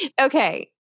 Okay